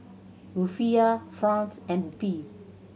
Rufiyaa franc and Rupee